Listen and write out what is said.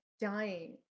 dying